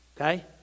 Okay